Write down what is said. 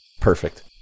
Perfect